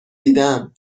دیدم